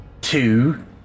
Two